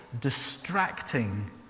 distracting